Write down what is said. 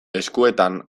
eskuetan